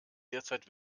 derzeit